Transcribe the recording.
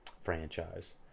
franchise